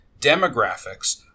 Demographics